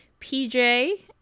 PJ